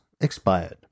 expired